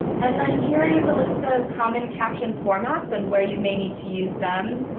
and then here is a list of common caption formats and where you may need to use them.